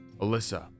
Alyssa